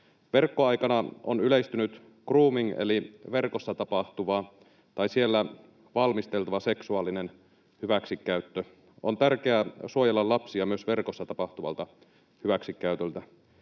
Verkkoaikana on yleistynyt grooming eli verkossa tapahtuva tai siellä valmisteltava seksuaalinen hyväksikäyttö. On tärkeää suojella lapsia myös verkossa tapahtuvalta hyväksikäytöltä.